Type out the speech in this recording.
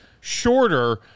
shorter